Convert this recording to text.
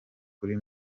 kuri